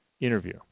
interview